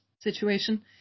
situation